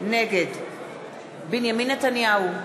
נגד בנימין נתניהו,